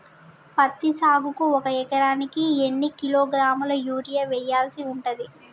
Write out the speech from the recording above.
పత్తి సాగుకు ఒక ఎకరానికి ఎన్ని కిలోగ్రాముల యూరియా వెయ్యాల్సి ఉంటది?